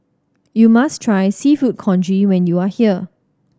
you must try Seafood Congee when you are here